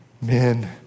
Men